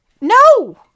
No